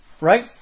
Right